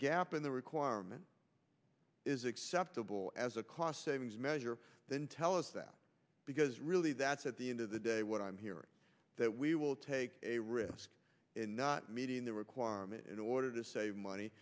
gap in the requirement is acceptable as a cost savings measure then tell us that because really that's at the end of the day what i'm hearing that we will take a risk in not meeting the requirement in order to save money